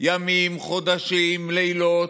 ימים, חודשים, לילות,